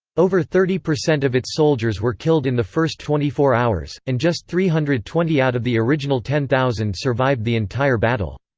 over thirty percent of its soldiers were killed in the first twenty four hours, and just three hundred and twenty out of the original ten thousand survived the entire battle.